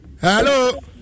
Hello